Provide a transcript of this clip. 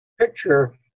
picture